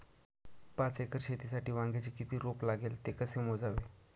पाच एकर शेतीसाठी वांग्याचे किती रोप लागेल? ते कसे मोजावे?